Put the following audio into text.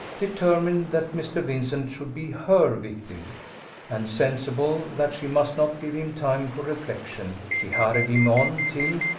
determined that mr. vincent should be her victim and sensible that she must not give him time for reflection, she hurried him on, till,